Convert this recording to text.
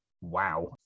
wow